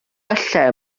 falle